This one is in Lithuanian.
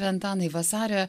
antanai vasario